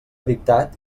dictat